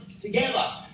together